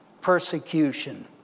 persecution